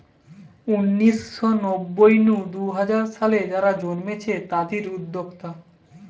উনিশ শ নব্বই নু দুই হাজার সালে যারা জন্মেছে তাদির উদ্যোক্তা